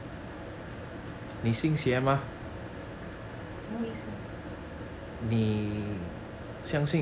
什么意思